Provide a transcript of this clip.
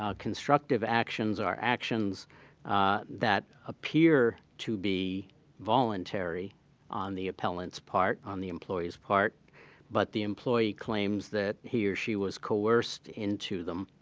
constructive actions are actions that appear to be voluntary on the appellant's part, on the employee's part but the employee claims that he or she was coerced into them,